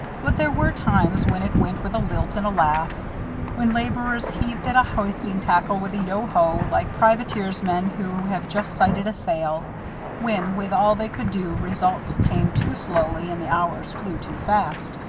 but there were times when it went with a lilt and a laugh when laborers heaved at a hoisting tackle with a yo-ho, like privateersmen who have just sighted a sail when, with all they could do, results came too slowly, and the hours flew too fast.